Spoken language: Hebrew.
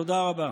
תודה רבה.